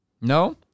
No